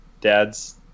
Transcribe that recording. Dad's